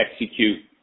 execute